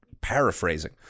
paraphrasing